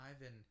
Ivan